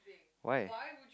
why